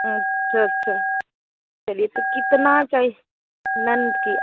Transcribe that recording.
अच्छा अच्छा चलिए तो कितना नंद की